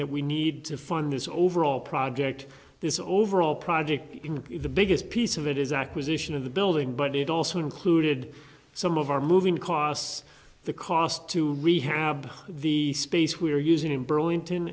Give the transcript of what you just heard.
that we need to fund this overall project this overall project in the biggest piece of it is acquisition of the building but it also included some of our moving costs the cost to rehab the space we're using in burlington